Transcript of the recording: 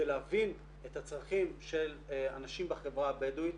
להבין את הצרכים של הנשים בחברה הבדואית,